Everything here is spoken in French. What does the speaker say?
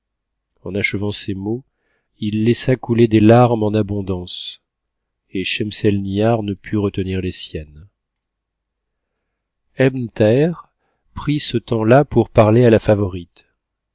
en achevant ces mots il laissa couler des larmes en abondance et schemselnihar ne put retenir les siennes pbn thaher prit ce temps tn pour parler à la favorite